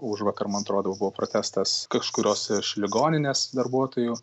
užvakar man atrodo jau buvo protestas kažkurios iš ligoninės darbuotojų